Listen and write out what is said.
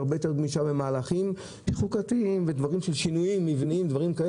הרבה יותר גמישה למהלכים חוקתיים ודברים של שינויים מבניים ודברים,